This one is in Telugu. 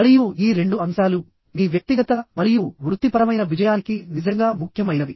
మరియు ఈ రెండు అంశాలు మీ వ్యక్తిగత మరియు వృత్తిపరమైన విజయానికి నిజంగా ముఖ్యమైనవి